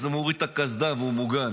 הוא מוריד את הקסדה והוא מוגן.